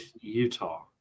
Utah